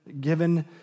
given